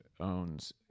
owns